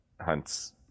hunts